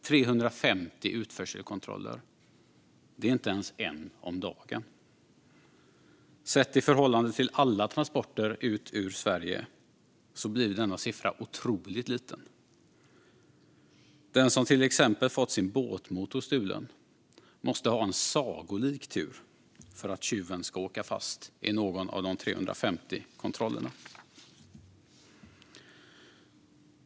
350 utförselkontroller är inte ens en om dagen. Sett i förhållande till alla transporter ut ur Sverige blir denna siffra otroligt liten. Den som till exempel har fått sin båtmotor stulen måste ha en sagolik tur för att tjuven ska åka fast i någon av de 350 kontrollerna.